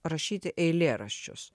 rašyti eilėraščius